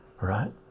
right